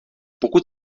pokud